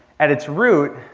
at its root,